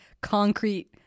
concrete-